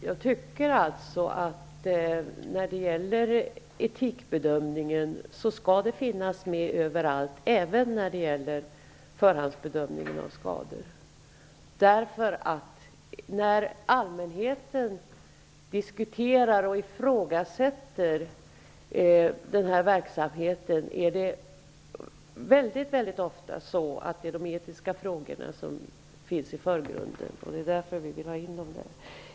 Fru talman! Jag tycker att etikbedömningen skall finnas med även när det gäller förhandsbedömningen av skador. När allmänheten diskuterar och ifrågasätter den här verksamheten kommer de etiska frågorna väldigt ofta i förgrunden. Det är därför som vi vill ha in dem.